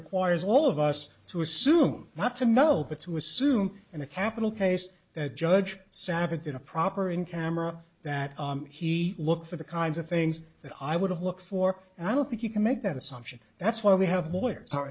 requires all of us to assume not to know it's who assume in a capital case the judge savage in a proper in camera that he looks for the kinds of things that i would have looked for and i don't think you can make that assumption that's why we have lawyers